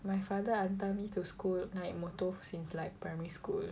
my father hantar me to school naik motor since like primary school